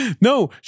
No